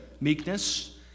Meekness